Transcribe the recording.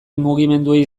mugimenduei